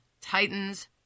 Titans